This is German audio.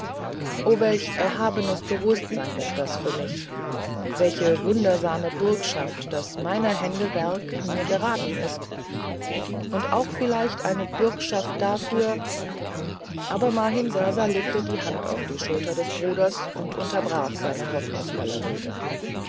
o welch erhebendes bewußtsein ist das für mich welche wundersame bürgschaft daß meiner hände werk mir geraten ist und auch vielleicht eine bürgschaft dafür aber mahimsasa legte die hand auf die schulter des bruders und unterbrach seine hoffnungsvolle rede